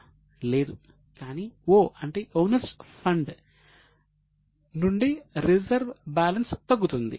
లేదు కానీ O అంటే ఓనర్స్ ఫండ్ బ్యాలెన్స్ తగ్గుతుంది